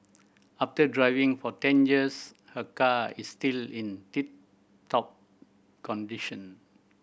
after driving for ten years her car is still in tip top condition